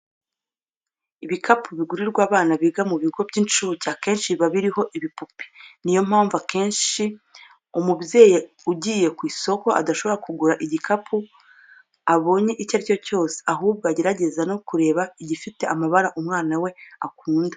Ibikapu bigurirwa abana biga mu bigo by'incuke akenshi biba biriho ibipupe. Ni yo mpamvu akenshi umubyeyi ugiye ku isoko adashobora kugura igikapu abonye icyo ari cyo cyose, ahubwo agerageza no kureba igifite amabara umwana we akunda.